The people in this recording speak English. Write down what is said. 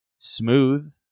Smooth